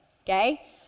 okay